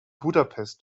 budapest